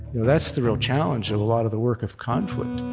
that's the real challenge of a lot of the work of conflict,